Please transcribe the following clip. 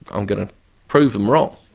i'm going to prove them wrong.